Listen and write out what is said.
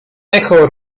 echo